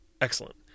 excellent